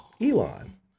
Elon